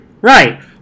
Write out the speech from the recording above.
Right